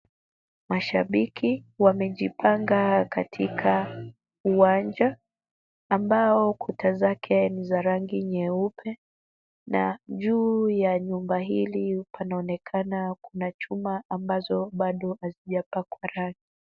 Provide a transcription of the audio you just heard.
Mashabiki wamejipanga katika uwanja, ambao kuta zake ni za rangi nyeupe na juu ya nyumba hili panaonekana kuna chuma ambazo bado hazijapakwa rangi.